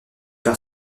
par